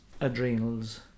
adrenals